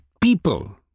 people